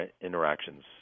interactions